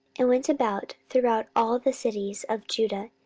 and went about throughout all the cities of judah,